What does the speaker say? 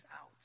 out